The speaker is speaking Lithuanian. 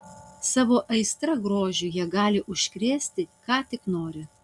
savo aistra grožiui jie gali užkrėsti ką tik nori